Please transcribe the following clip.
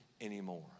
anymore